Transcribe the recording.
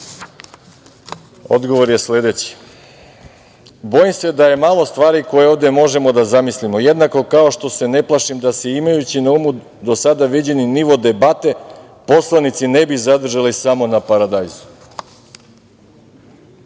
Odgovor je sledeći - bojim se da je malo stvari koje ovde možemo da zamislimo jednako kao što se ne plašim da se imajući na umu do sada viđeni nivo debate poslanici ne bi zadržali samo na paradajzu. Dame